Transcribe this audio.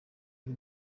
ari